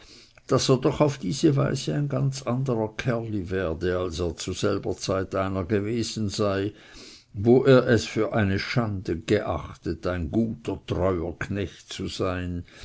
daß er doch auf diese weise ein ganz anderer kerli werde als er zu selber zeit einer gewesen sei wo er es für eine schande geachtet ein guter treuer knecht zu sein